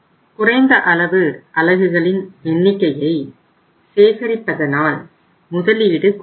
குறைந்த அளவு அலகுகளின் எண்ணிக்கையை சேகரிப்பதனால் முதலீடு குறையும்